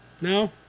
No